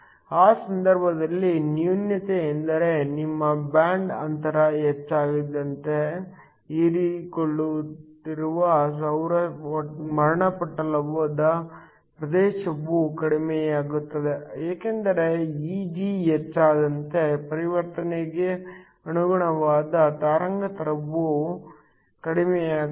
ಆ ಸಂದರ್ಭದಲ್ಲಿ ನ್ಯೂನತೆಯೆಂದರೆ ನಿಮ್ಮ ಬ್ಯಾಂಡ್ ಅಂತರ ಹೆಚ್ಚಾದಂತೆ ಹೀರಿಕೊಳ್ಳುತ್ತಿರುವ ಸೌರ ವರ್ಣಪಟಲದ ಪ್ರದೇಶವು ಕಡಿಮೆಯಾಗುತ್ತದೆ ಏಕೆಂದರೆ Eg ಹೆಚ್ಚಾದಂತೆ ಪರಿವರ್ತನೆಗೆ ಅನುಗುಣವಾದ ತರಂಗಾಂತರವು ಕಡಿಮೆಯಾಗುತ್ತದೆ